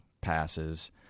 passes